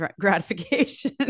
gratification